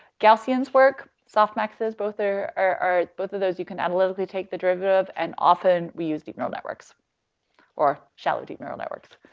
gaussians work, softmaxes both are are are are both of those you can analytically take the derivative and often we use deep neural networks or shallow deep neural networks.